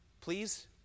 Please